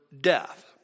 death